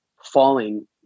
falling